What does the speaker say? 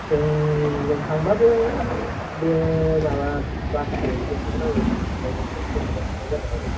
ट्रेनजों थांबाबो बे माबा बासुगाव मोनबानो ओंखारनांगौ ससेनिफ्राय जायखिया ट्रेनजोंनो थांनाय जागोन आरो